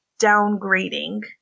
downgrading